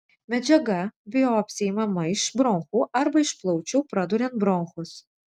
medžiaga biopsijai imama iš bronchų arba iš plaučių praduriant bronchus